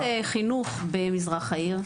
יש רשתות חינוך שמלמדות במזרח העיר,